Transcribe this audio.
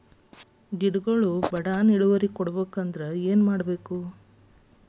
ಸಸ್ಯಗಳು ಬಡಾನ್ ಇಳುವರಿ ಕೊಡಾಕ್ ಏನು ಮಾಡ್ಬೇಕ್?